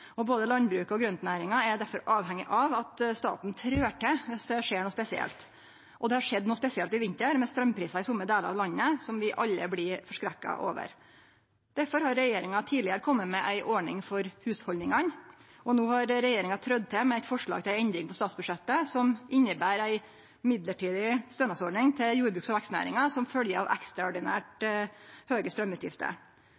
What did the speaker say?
matproduksjon. Både landbruket og grøntnæringa er derfor avhengige av at staten trør til viss det skjer noko spesielt. Og det har skjedd noko spesielt i vinter, med straumprisar i somme delar av landet som vi alle blir forskrekka over. Derfor har regjeringa tidlegare kome med ei ordning for hushalda. No har regjeringa trødd til med eit forslag til endring i statsbudsjettet, som inneber ei midlertidig stønadsordning til jordbruks- og vekstnæringa som følgje av